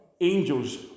angels